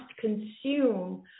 consume